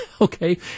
Okay